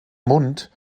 mund